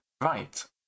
Right